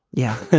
yeah.